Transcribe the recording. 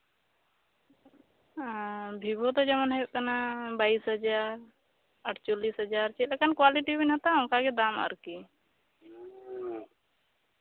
ᱮ ᱵᱷᱤᱵᱳ ᱫᱚ ᱡᱮᱢᱚᱱ ᱦᱩᱭᱩᱜ ᱠᱟᱱᱟ ᱵᱟᱭᱤᱥ ᱦᱟᱡᱟᱨ ᱟᱴᱪᱚᱞᱞᱤᱥ ᱦᱟᱡᱟᱨ ᱪᱮᱫ ᱞᱮᱠᱟᱱ ᱠᱳᱣᱟᱞᱤᱴᱤ ᱵᱮᱱ ᱦᱟᱛᱟᱣᱟ ᱚᱱᱠᱟᱜᱮ ᱫᱟᱢ ᱟᱨᱠᱤ